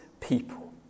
people